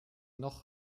noch